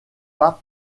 pas